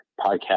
podcast